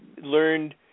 learned